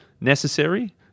necessary –